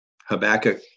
Habakkuk